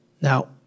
Now